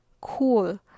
cool